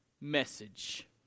message